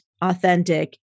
authentic